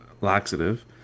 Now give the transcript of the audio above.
laxative